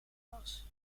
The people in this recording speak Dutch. was